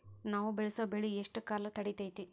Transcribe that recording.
ನಾವು ಬೆಳಸೋ ಬೆಳಿ ಎಷ್ಟು ಕಾಲ ತಡೇತೇತಿ?